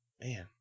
man